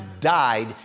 died